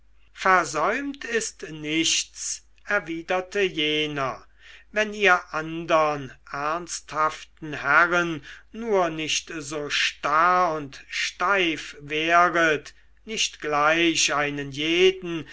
versäumt ist nichts erwiderte jener wenn ihr andern ernsthaften herren nur nicht so starr und steif wäret nicht gleich einen jeden